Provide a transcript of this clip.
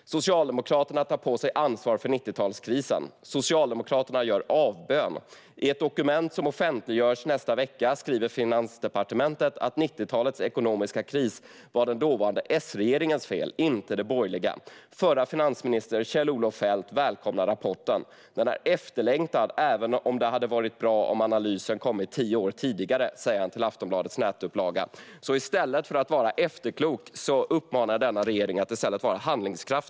Där står det: "S tar på sig ansvar för 90-talskrisen. - Socialdemokraterna gör avbön. I ett dokument som offentliggörs nästa vecka skriver finansdepartementet att 90-talets ekonomiska kris var den dåvarande s-regeringens fel - inte de borgerligas. Förre finansministern Kjell-Olof Feldt välkomnar rapporten. - Den är efterlängtad även om det hade varit bra om analysen kommit tio år tidigare, säger han till Aftonbladets nätupplaga." Jag uppmanar denna regering att vara handlingskraftig i stället för att vara efterklok.